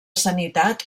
sanitat